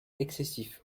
excessif